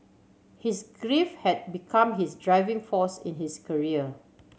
his grief had become his driving force in his career